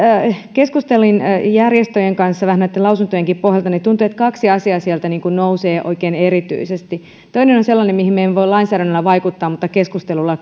keskustelin järjestöjen kanssa vähän näitten lausuntojenkin pohjalta niin tuntui että kaksi asiaa sieltä nousee oikein erityisesti toinen on sellainen mihin me emme voi lainsäädännöllä vaikuttaa mutta keskustelulla